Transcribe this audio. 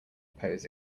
pose